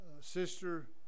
sister